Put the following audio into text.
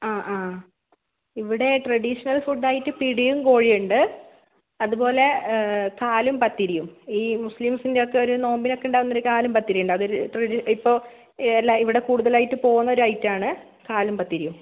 ആ ആ ഇവിടെ ട്രഡീഷണൽ ഫുഡ് ആയിട്ട് പിടിയും കോഴിയും ഉണ്ട് അതുപോലെ ദാലും പത്തിരിയും ഈ മുസ്ലീംസിൻ്റെ ഒക്കെ ഒരു നോമ്പിന് ഒക്കെ ഉണ്ടാക്കുന്ന ഒരു ദാലും പത്തിരി ഉണ്ട് അത് ഒരു ട്രഡി അത് ഇപ്പോൾ ഇല്ല ഇവിടെ കൂടുതലായിട്ട് പോകുന്ന ഒരു ഐറ്റാണ് ദാലും പത്തിരിയും